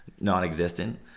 non-existent